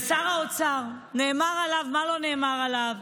ושר האוצר, נאמר עליו, מה לא נאמר עליו?